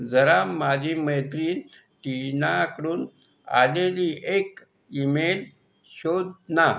जरा माझी मैत्रीण टीनाकडून आलेली एक ईमेल शोध ना